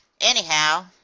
Anyhow